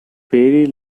very